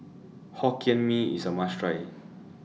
Hokkien Mee IS A must Try